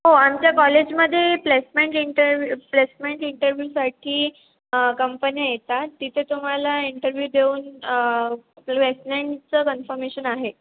हो आमच्या कॉलेजमध्ये प्लेसमेंट इंटरव्यू प्लेसमेंट इंटरव्यूसाठी कंपन्या येतात तिथे तुम्हाला इंटरव्यू देऊन आपलं प्लेसमेनचं कन्फमेशन आहे